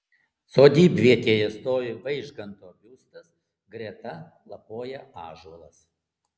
sodybvietėje stovi vaižganto biustas greta lapoja ąžuolas